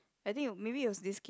I think you maybe it was this game